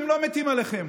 הם לא מתים עליכם.